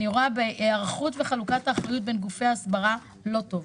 אני רואה ב"היערכות וחלוקת האחריות בין גופי ההסברה" לא טוב,